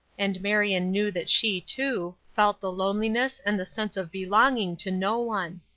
and marion knew that she, too, felt the loneliness and the sense of belonging to no one.